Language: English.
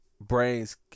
brains